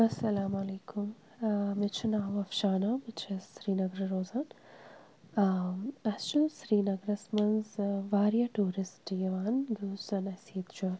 اَسَلامُ علیکُم مےٚ چھُ ناو افشانہ بہٕ چھَس سرینگرٕ روزان آ اَسہِ چھُ سرینَگرَس منٛز واریاہ ٹوٗرِسٹ یِوان یُس زَن اَسہِ ییٚتہِ چھُ